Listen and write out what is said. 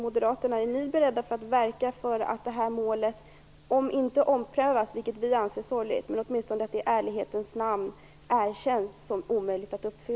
Moderaterna: Är ni beredda att verka för att målet om det inte omprövas - vilket vi anser sorgligt - i ärlighetens namn erkänns som omöjligt att uppfylla?